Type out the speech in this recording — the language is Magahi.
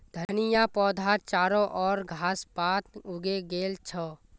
धनिया पौधात चारो ओर घास पात उगे गेल छ